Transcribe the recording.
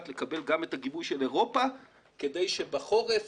לקבל גם את הגיבוי של אירופה כדי שבחורף